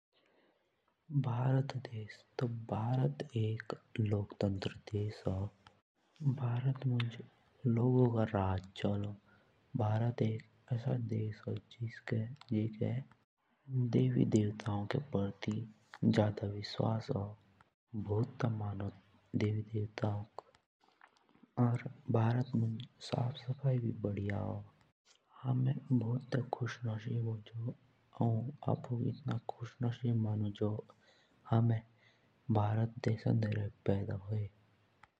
जुस भारत हों त भारत एक लोकतंत्र देश हों । भारत के ऐसो देश हों जो देव देवतओं के पार्टी ना जादा विश्वास हों। और भारत मंझ सफ सफाई भी भूती बढ़िया हों। हमे खुश नसीब हों जो हम भारत जोसे देशो मंझ रे पैदा हुई।